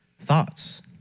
thoughts